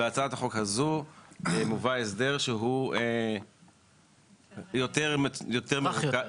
בהצעת החוק הזו מובא הסדר שהוא יותר מרוכך.